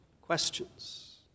questions